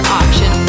option